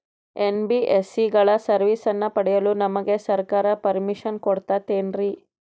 NBSC ಗಳ ಸರ್ವಿಸನ್ನ ಪಡಿಯಲು ನಮಗೆ ಸರ್ಕಾರ ಪರ್ಮಿಷನ್ ಕೊಡ್ತಾತೇನ್ರೀ?